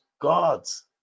God's